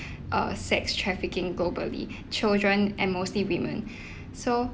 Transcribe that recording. uh sex trafficking globally children and mostly women so